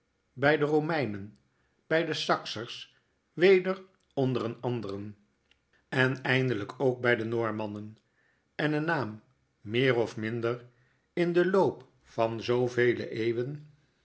by de eomeinen bij de saksers weder onder een anderen en eindelijk ook bij de noormannen en een naam meer of minder in den loop van zoovele eeuwen